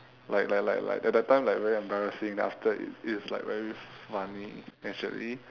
like like like like at that time like very embarrassing then after that it's like very funny actually